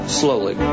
slowly